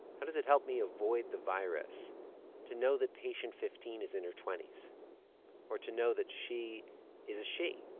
how does it help me avoid the virus to know that patient fifteen is in her twenty s or to know that she is a she?